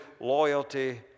loyalty